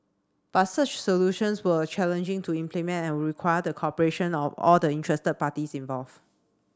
but such solutions were challenging to implement and would require the cooperation of all the interested parties involved